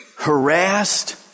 harassed